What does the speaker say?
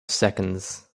seconds